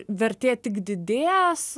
vertė tik didės